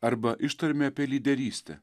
arba ištarmė apie lyderystę